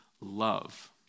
love